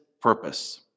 purpose